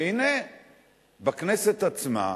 והנה בכנסת עצמה,